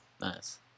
Nice